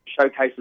showcases